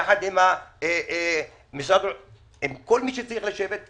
יחד עם כל מי שצריך לשבת.